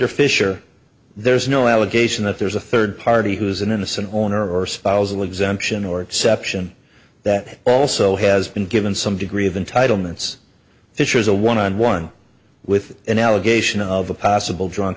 under fisher there's no allegation that there's a third party who's an innocent owner or spousal exemption or exception that also has been given some degree of entitlements fischer's a one on one with an allegation of a possible drunk